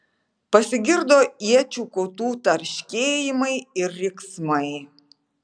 pasigirdo iečių kotų tarškėjimai ir riksmai